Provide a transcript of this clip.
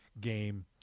game